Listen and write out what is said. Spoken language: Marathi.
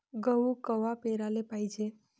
गहू कवा पेराले पायजे?